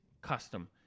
Custom